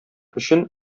өчен